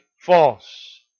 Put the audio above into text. false